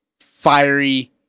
fiery